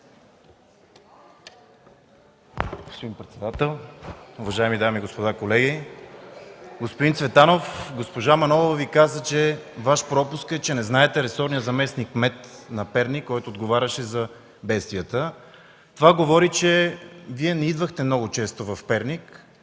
(КБ): Господин председател, уважаеми дами и господа колеги! Господин Цветанов, госпожа Манолова Ви каза – Ваш пропуск е, че не познавате ресорния заместник-кмет на Перник, който отговаряше за бедствията. Това говори, че Вие не сте идвали много често в Перник.